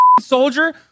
soldier